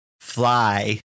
fly